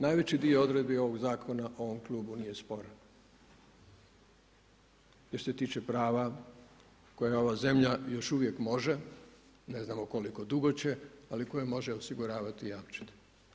Najveći dio odredbi ovoga Zakona ovom klubu nije sporan jer se tiče prava koje ova zemlja još uvijek može, ne znamo koliko dugo će ali koje može osiguravati i jamčiti.